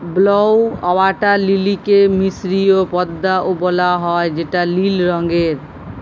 blue water লিলিকে মিসরীয় পদ্দা ও বলা হ্যয় যেটা লিল রঙের